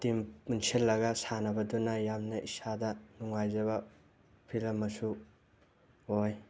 team ꯄꯨꯟꯁꯤꯜꯂꯒ ꯁꯥꯟꯅꯕꯗꯨꯅ ꯌꯥꯝꯅ ꯏꯁꯥꯗ ꯅꯨꯡꯉꯥꯏꯖꯕ ꯐꯤꯜ ꯑꯃꯁꯨ ꯑꯣꯏ